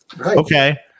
okay